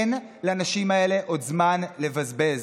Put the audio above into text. אין לנשים האלה עוד זמן לבזבז.